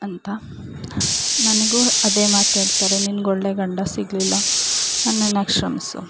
ಅಂತ ನನಗೂ ಅದೇ ಮಾತು ಹೇಳ್ತಾರೆ ನಿನ್ಗೆ ಒಳ್ಳೆಯ ಗಂಡ ಸಿಗಲಿಲ್ಲ ನನ್ನನ್ನು ಕ್ಷಮಿಸು